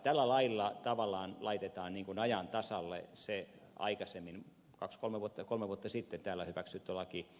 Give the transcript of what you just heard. tällä lailla tavallaan laitetaan ajan tasalle se aikaisemmin kaksi kolme vuotta sitten täällä hyväksytty laki